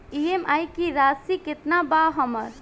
EMI की राशि केतना बा हमर?